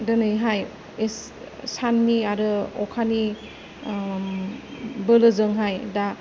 दिनैहाय साननि आरो अखानि बोलोजोंहाय दा